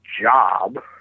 job